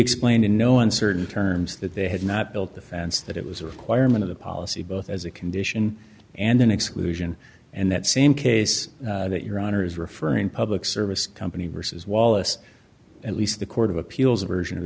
explained in no uncertain terms that they had not built the fence that it was a requirement of the policy both as a condition and an exclusion and that same case that your honour's referring public service company versus wallace at least the court of appeals a version of